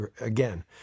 again